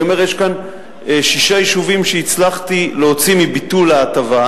אני אומר שיש שישה יישובים שהצלחתי להוציא מביטול ההטבה,